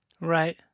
Right